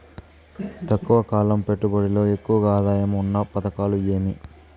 తక్కువ కాలం పెట్టుబడిలో ఎక్కువగా ఆదాయం ఉన్న పథకాలు ఏమి?